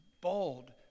bold